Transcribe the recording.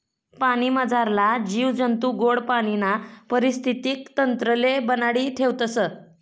पाणीमझारला जीव जंतू गोड पाणीना परिस्थितीक तंत्रले बनाडी ठेवतस